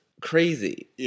crazy